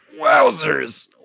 Wowzers